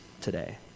today